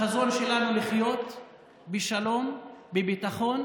החזון שלנו, לחיות בשלום, בביטחון,